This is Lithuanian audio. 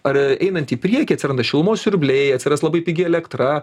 ar einant į priekį atsiranda šilumos siurbliai atsiras labai pigi elektra